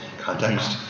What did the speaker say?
context